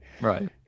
Right